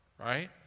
right